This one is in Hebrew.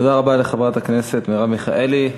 תודה רבה לחברת הכנסת מרב מיכאלי.